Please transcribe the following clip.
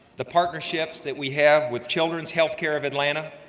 the partnerships that we have with children's healthcare of atlanta,